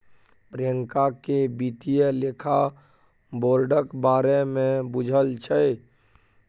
प्रियंका केँ बित्तीय लेखा बोर्डक बारे मे बुझल छै